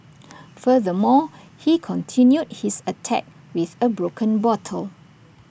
furthermore he continued his attack with A broken bottle